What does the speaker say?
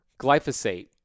glyphosate